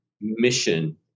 mission